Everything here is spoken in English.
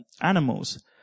animals